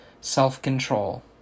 self-control